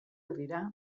herrira